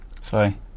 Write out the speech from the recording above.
Sorry